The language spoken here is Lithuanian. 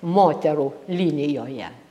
moterų linijoje